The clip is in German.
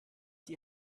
die